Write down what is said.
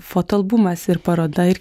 fotoalbumas ir paroda ir